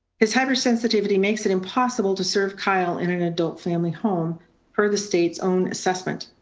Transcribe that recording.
his hypersensitivity makes it impossible to serve kyle in an adult family home per the state's own assessment.